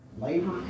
Labor